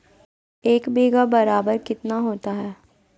एक बीघा बराबर कितना होता है?